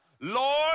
Lord